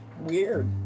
weird